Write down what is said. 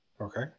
Okay